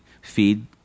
feed